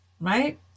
right